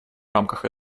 рамках